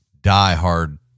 diehard